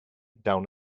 down